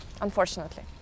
unfortunately